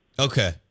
Okay